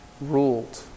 ruled